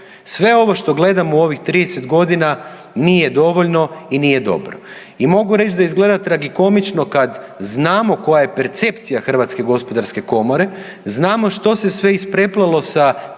Sve ovo što gledamo u ovih 30 godina nije dovoljno i nije dobro. I mogu reći da izgleda tragikomično kad znamo koja je percepcija Hrvatske gospodarske komore, znamo što se sve ispreplelo sa